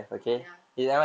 ya